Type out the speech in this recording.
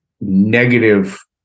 negative